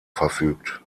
verfügt